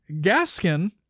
Gaskin